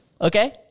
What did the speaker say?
okay